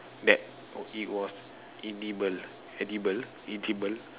that it was edible edible edible